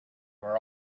were